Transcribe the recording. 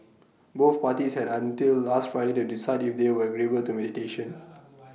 both parties had until last Friday to decide if they were agreeable to mediation